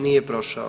Nije prošao.